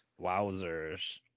wowzers